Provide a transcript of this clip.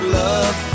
love